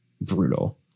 brutal